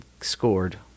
scored